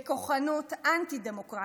בכוחנות אנטי-דמוקרטית,